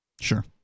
Sure